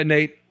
Nate